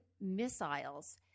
missiles